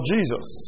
Jesus